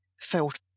felt